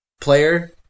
Player